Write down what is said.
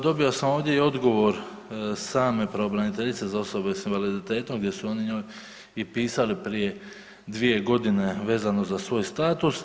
Dobio sam ovdje i odgovor same Pravobraniteljice za osobe s invaliditetom gdje su oni njoj i pisali prije dvije godine vezano za svoj status.